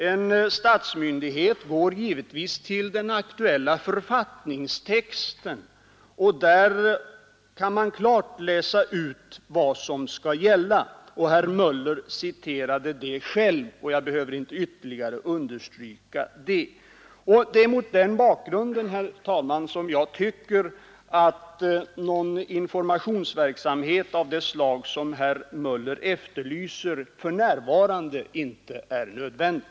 En statsmyndighet går givetvis till den aktuella författningstexten, och av den kan man klart utläsa vad som gäller. Herr Möller citerade det själv, och jag behöver inte ytterligare understryka det. Det är mot den bakgrunden, herr talman, som jag inte tycker att någon informationsverksamhet av det slag som herr Möller efterlyser för närvarande är nödvändig.